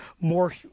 more